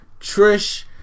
Trish